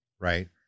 right